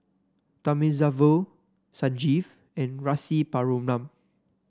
Thamizhavel Sanjeev and Rasipuram